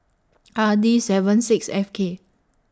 R D seven six F K